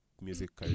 music